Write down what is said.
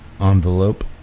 envelope